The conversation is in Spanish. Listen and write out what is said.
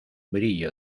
brillo